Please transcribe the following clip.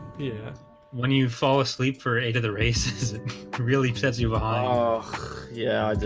yeah when you fall asleep for a to the races really obsessive aha yeah,